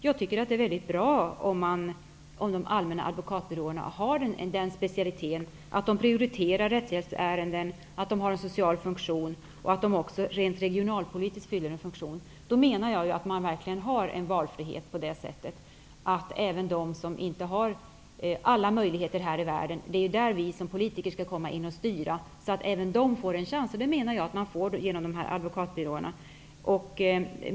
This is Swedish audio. Jag tycker att det är mycket bra om de allmänna advokatbyråerna har den specialiteten att de prioriterar rättshjälpsärenden, att de har en social funktion och att de även rent regionalpolitiskt fyller en funktion. Då menar jag att man verkligen har en valfrihet. Det är där vi som politiker skall komma in och styra, så att även de som inte har alla möjligheter här i världen får en chans. Det menar jag att man får genom de här advokatbyråerna.